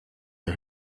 der